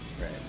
Right